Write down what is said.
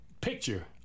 picture